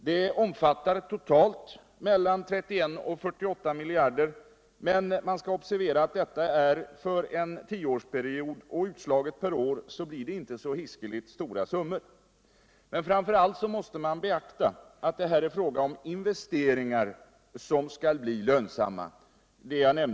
Det omfattar totalt mellan 31 och 48 miljarder, men man skall observera att detta gäller en tioårsperiod, och utslaget per år blir det inte så hiskligt stora summor. Men framför allt måste man beakta att det här är fråga om investeringar som skall bli lönsamma.